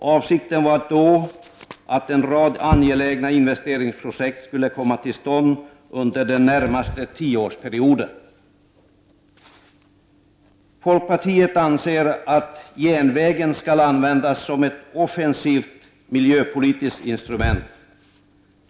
Avsikten var då att en rad angelägna investeringsprojekt skulle komma till stånd under den närmaste tioårsperioden. Folkpartiet anser att järnvägen skall användas som ett offensivt miljöpolitiskt instrument.